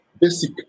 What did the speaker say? basic